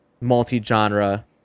multi-genre